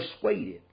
persuaded